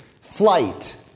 flight